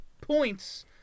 points